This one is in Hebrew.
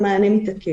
המענה מתעכב.